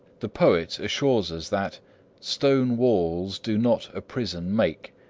the poet assures us that stone walls do not a prison make,